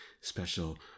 Special